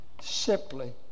Simply